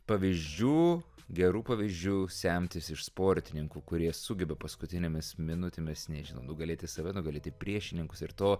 pavyzdžių gerų pavyzdžių semtis iš sportininkų kurie sugeba paskutinėmis minutėmis nežinau nugalėti save nugalėti priešininkus ir to